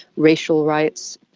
racial rights.